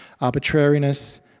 arbitrariness